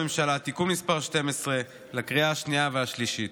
הממשלה (תיקון מס' 12) לקריאה השנייה והשלישית.